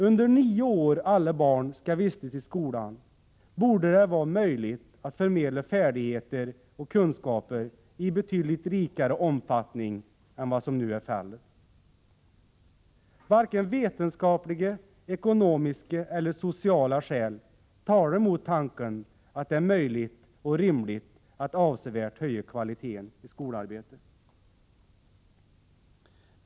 Under de nio år alla barn skall vistas i skolan borde det vara möjligt att förmedla färdigheter och kunskaper i betydligt rikare omfattning än vad som nu är fallet. Varken vetenskapliga, ekonomiska eller sociala skäl talar mot tanken att det är möjligt och rimligt att avsevärt höja kvaliteten i skolarbetet.